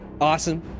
Awesome